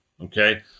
okay